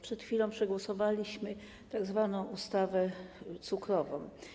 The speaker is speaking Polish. Przed chwila przegłosowaliśmy tzw. ustawę cukrową.